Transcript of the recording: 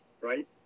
right